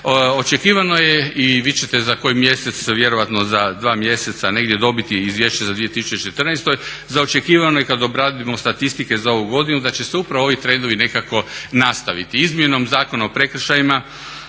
Očekivano je i vi ćete za koji mjesec, vjerojatno za dva mjeseca negdje dobiti izvješće za 2014. Za očekivano je kad obradimo statistike za ovu godinu da će se upravo ovi trendovi nekako nastaviti. Izmjenom Zakona o prekršajima